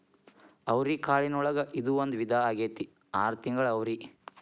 ಅವ್ರಿಕಾಳಿನೊಳಗ ಇದು ಒಂದ ವಿಧಾ ಆಗೆತ್ತಿ ಆರ ತಿಂಗಳ ಅವ್ರಿ